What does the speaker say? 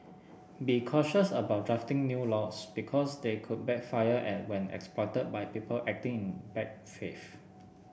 be cautious about drafting new laws because they could backfire at when exploited by people acting in bad faith